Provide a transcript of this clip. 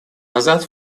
назад